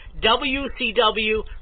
WCW